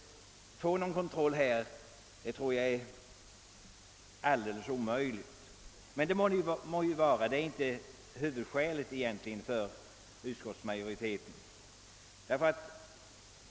Att få någon kontroll tror jag således är alldeles omöjligt. Men detta är egentligen inte huvudskälet för utskottsmajoriteten.